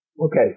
Okay